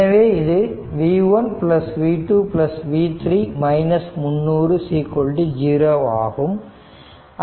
எனவே இது v1 v2 v3 300 0 ஆகும்